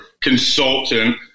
consultant